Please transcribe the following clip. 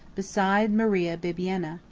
beside maria bibbiena.